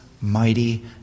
mighty